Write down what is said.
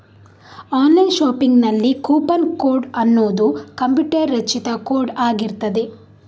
online ಶಾಪಿಂಗಿನಲ್ಲಿ coupon code ಅನ್ನುದು computer ರಚಿತ ಕೋಡ್ ಆಗಿರ್ತದೆ